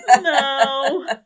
no